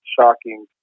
shocking